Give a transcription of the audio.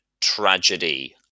tragedy